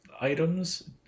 items